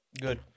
Good